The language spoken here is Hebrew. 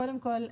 קודם כל,